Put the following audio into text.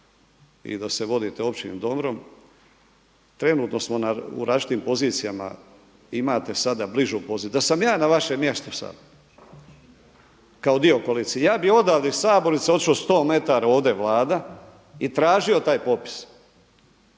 i da se vodite općim dobrom, trenutno smo u različitim pozicijama. Imate sada bližu poziciju, da sam ja na vašem mjestu sada kao dio koalicije ja bi odavde iz Sabornice otišao 100 metara, ovdje je Vlada, i tražio taj popis,